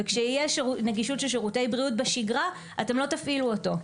כשיהיה נגישות של שירותי בריאות בשגרה אתם לא תפעילו אותו.